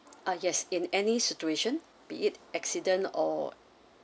ah yes in any situation be it accident or